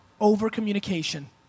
Over-communication